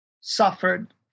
suffered